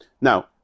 Now